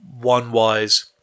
One-wise